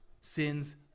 sins